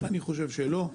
אני חושב שלא.